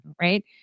right